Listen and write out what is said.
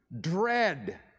dread